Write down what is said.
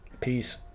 Peace